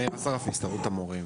אדוני,